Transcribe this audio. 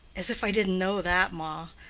as if i didn't know that, ma.